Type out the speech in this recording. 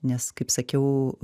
nes kaip sakiau